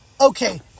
Okay